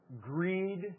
greed